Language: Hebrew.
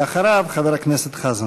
ואחריו, חבר הכנסת חזן.